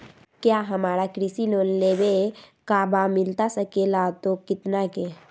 क्या हमारा कृषि लोन लेवे का बा मिलता सके ला तो कितना के?